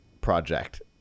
Project